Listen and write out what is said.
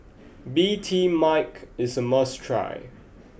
Bee Tai Mak is a must try